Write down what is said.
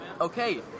Okay